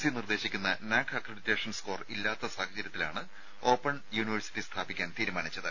C നിർദ്ദേശിക്കുന്ന NAAC accreditation score ഇല്ലാത്ത സാഹചര്യത്തിലാണ് ഓപ്പൺ യൂണിവേഴ്സിറ്റി സ്ഥാപിക്കാൻ തീരുമാനിച്ചത്